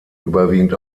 überwiegend